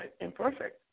imperfect